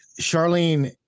Charlene